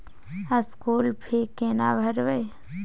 School fee केना भरबै?